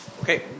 Okay